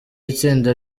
itsinda